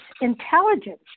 intelligence